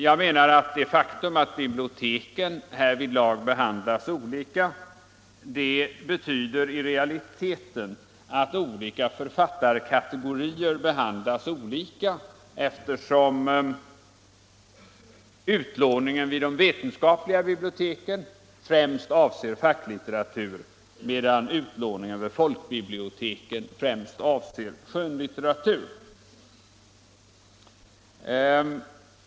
Jag menar att det faktum att biblioteken härvidlag behandlas olika i realiteten betyder att olika författarkategorier behandlas olika, eftersom utlåningen vid de vetenskapliga biblioteken främst avser facklitteratur, medan utlåningen över folkbiblioteken främst avser skönlitteratur.